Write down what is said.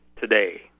today